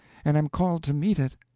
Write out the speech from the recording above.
and am called to meet it.